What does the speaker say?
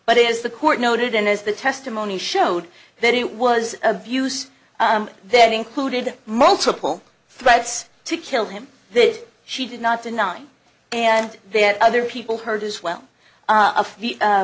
but is the court noted and as the testimony showed that it was abuse that included multiple threats to kill him that she did not denying and that other people heard as well a